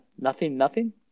Nothing-nothing